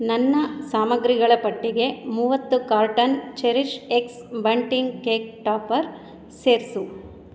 ನನ್ನ ಸಾಮಗ್ರಿಗಳ ಪಟ್ಟಿಗೆ ಮೂವತ್ತು carton CherishX bunting cake topper ಸೇರಿಸು